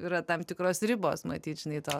yra tam tikros ribos matyt žinai tą